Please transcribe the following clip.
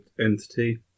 entity